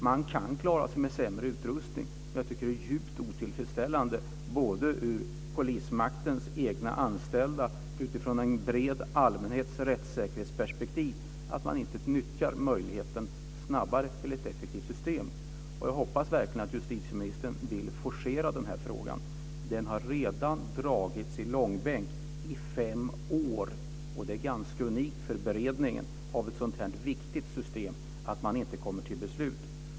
Det går att klara sig med sämre utrustning, men det är djupt otillfredsställande för polismaktens anställda och för den breda allmänhetens rättssäkerhetsperspektiv att inte utnyttja möjligheten till ett snabbare och effektivare system. Jag hoppas verkligen att justitieministern vill forcera frågan. Den har redan dragits i långbänk i fem år. Det är ganska unikt för en beredning av ett sådant viktigt system att inte komma till beslut.